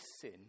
sin